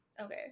Okay